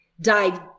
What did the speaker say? dive